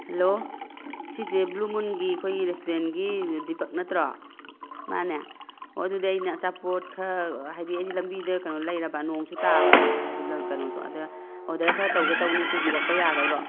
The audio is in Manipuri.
ꯍꯜꯂꯣ ꯁꯤꯁꯦ ꯕ꯭ꯂꯨ ꯃꯨꯟꯒꯤ ꯑꯩꯈꯣꯏꯒꯤ ꯔꯦꯁꯇꯨꯔꯦꯟꯒꯤ ꯗꯤꯄꯛ ꯅꯠꯇ꯭ꯔꯣ ꯃꯥꯅꯦ ꯑꯣ ꯑꯗꯨꯗꯤ ꯑꯩꯅ ꯑꯆꯥꯄꯣꯠ ꯈꯔ ꯍꯥꯏꯗꯤ ꯑꯩꯗꯤ ꯂꯝꯕꯤꯗ ꯀꯩꯅꯣ ꯂꯩꯔꯕ ꯅꯣꯡꯁꯨ ꯇꯥꯕ ꯀꯩꯅꯣꯗꯣ ꯑꯗ ꯑꯣꯗꯔ ꯈꯔ ꯇꯧꯒꯦ ꯇꯧꯕꯅꯤ ꯄꯨꯕꯤꯔꯛꯄ ꯌꯥꯒꯗ꯭ꯔꯣ